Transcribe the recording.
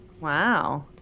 Wow